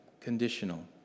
conditional